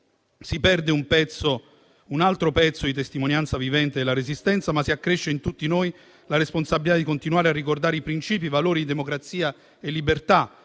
Si perde un altro pezzo di testimonianza vivente della Resistenza, ma si accresce in tutti noi la responsabilità di continuare a ricordare i principi e i valori di democrazia e libertà